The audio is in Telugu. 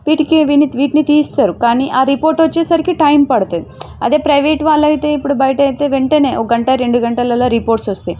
వీటికి వీని వీటిని తీస్తారు కానీ ఆ రిపోర్ట్ వచ్చేసరికి టైమ్ పడుతుంది అదే ప్రైవేట్ వాళ్ళైతే ఇప్పుడు బయటైతే వెంటనే ఒక గంట రెండు గంటలలో రిపోర్ట్స్ వస్తాయి